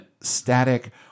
static